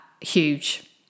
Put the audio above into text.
huge